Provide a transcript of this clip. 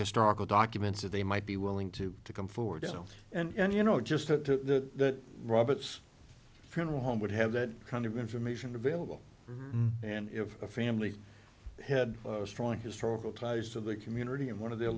historical documents that they might be willing to come forward and you know just to that robert's funeral home would have that kind of information available and if a family had a strong historical ties to the community and one of their